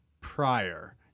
prior